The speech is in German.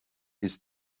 ist